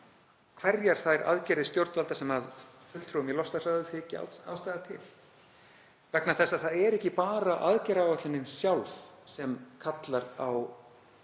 hverjar þær aðgerðir stjórnvalda sem fulltrúum í loftslagsráði þykir ástæða til, vegna þess að það er ekki bara aðgerðaáætlunin sjálf sem kallar á